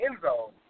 Enzo